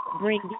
bring